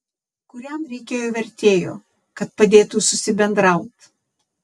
kuriam reikėjo vertėjo kad padėtų susibendraut